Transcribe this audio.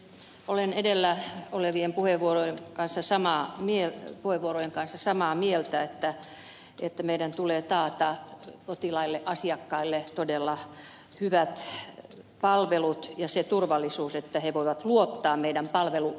olen edellä olevien puhujien kanssa samaa mieltä että meidän tulee taata potilaille asiakkaille todella hyvät palvelut ja se turvallisuus että he voivat luottaa meidän palvelujärjestelmäämme